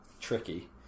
tricky